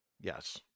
Yes